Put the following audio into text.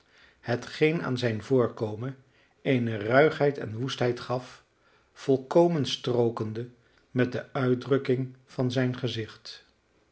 hetgeen aan zijn voorkomen eene ruigheid en woestheid gaf volkomen strookende met de uitdrukking van zijn gezicht